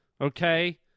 Okay